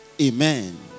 Amen